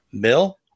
Bill